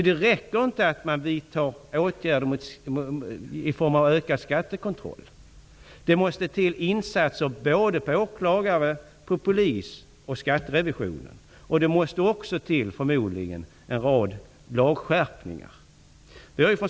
Det räcker inte med att vidta åtgärder i form av ökad skattekontroll. Det måste till satsningar såväl på åklagare som på polis och skatterevision. Förmodligen måste det också till en rad lagskärpningar.